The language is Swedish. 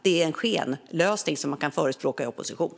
Det är en skenlösning som man kan förespråka när man är i opposition.